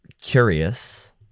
curious